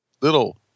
Little